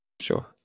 Sure